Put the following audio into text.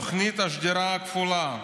תוכנית השדרה הכפולה,